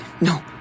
No